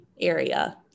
area